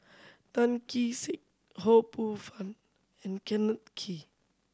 Tan Kee Sek Ho Poh Fun and Kenneth Kee